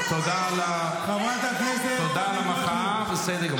לא מבינה?